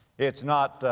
it's not,